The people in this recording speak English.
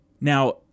Now